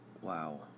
wow